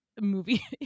movie